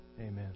Amen